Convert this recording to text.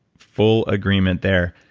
full agreement there.